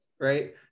Right